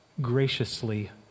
graciously